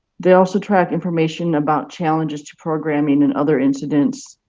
they also track information about challenges to programming and other incidents,